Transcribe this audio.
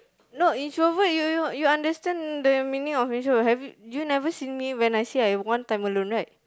no introvert you you understand the meaning of introver have you never seen me when I say I want time alone right